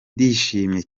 ndishimye